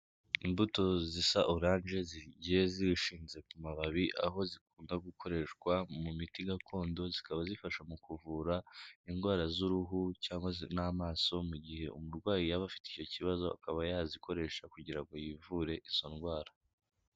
Imbuto zisa orange zigiye zirushinze ku mababi aho zikunda gukoreshwa mu miti gakondo, zikaba zifasha mu kuvura indwara z'uruhu cyangwa n'amaso, mu gihe umurwayi yaba afite icyo kibazo, akaba yazikoresha kugira ngo yivure izo ndwara.